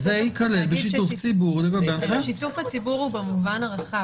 שיתוף הציבור הוא במובן הרחב.